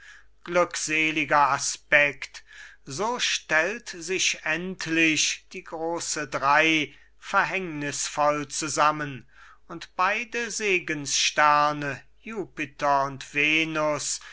glückseliger aspekt so stellt sich endlich die große drei verhängnisvoll zusammen und beide segenssterne jupiter und venus